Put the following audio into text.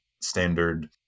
standard